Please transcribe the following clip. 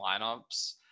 lineups